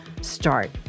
start